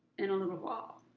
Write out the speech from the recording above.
in a little while.